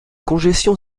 congestion